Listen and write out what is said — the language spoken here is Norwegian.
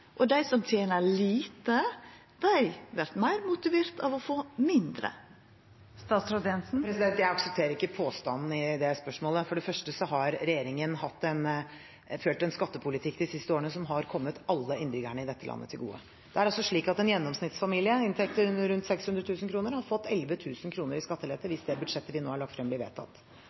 og at dei som tener lite, vert meir motiverte av å få mindre. Jeg aksepterer ikke påstanden i det spørsmålet. For det første har regjeringen ført en skattepolitikk de siste årene som har kommet alle innbyggerne i dette landet til gode. Det er altså slik at en gjennomsnittsfamilie med inntekter rundt 600 000 kr har fått 11 000 kr i skattelette – hvis det budsjettet vi nå har lagt frem, blir vedtatt.